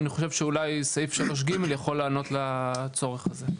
אני חושב שאולי סעיף 3(ג) יכול לענות לצורך הזה.